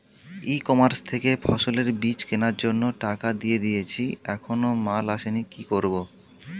ই commerce থেকে ফসলের বীজ কেনার জন্য টাকা দিয়ে দিয়েছি এখনো মাল আসেনি কি করব?